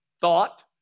thought